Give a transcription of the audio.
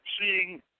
seeing